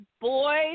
boys